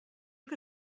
que